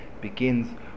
begins